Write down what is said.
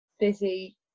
busy